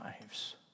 lives